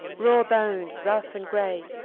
raw-boned, rough, and gray,